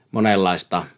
Monenlaista